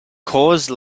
cause